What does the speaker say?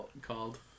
called